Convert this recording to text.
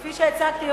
כפי שהצגתי,